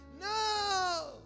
No